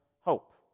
hope